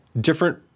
different